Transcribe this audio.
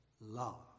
love